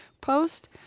post